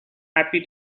happy